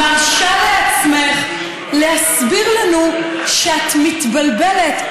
את מרשה לעצמך להסביר לנו שאת מתבלבלת,